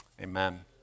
amen